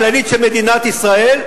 לדמותה הכללית של מדינת ישראל,